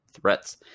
threats